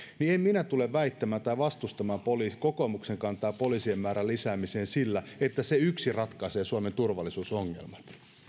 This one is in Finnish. en minä tule väittämään tai vastustamaan kokoomuksen kantaa poliisien määrän lisäämiseen sillä että se yksin ratkaisee suomen turvallisuusongelmat